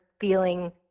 feeling